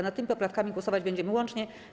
Nad tymi poprawkami głosować będziemy łącznie.